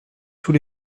tous